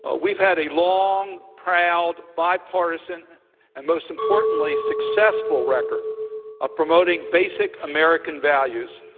ah we've had a long, proud, bipartisan and, most importantly, successful record of promoting basic american values,